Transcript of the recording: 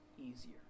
easier